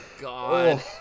God